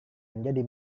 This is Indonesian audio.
menjadi